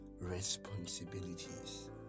responsibilities